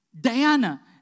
Diana